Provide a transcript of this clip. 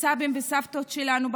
בסבים ובסבתות שלנו,